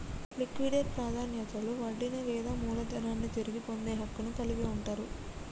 liquidate ప్రాధాన్యతలో వడ్డీని లేదా మూలధనాన్ని తిరిగి పొందే హక్కును కలిగి ఉంటరు